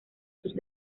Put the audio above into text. sus